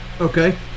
Okay